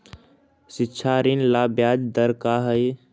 शिक्षा ऋण ला ब्याज दर का हई?